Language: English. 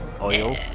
oil